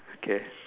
okay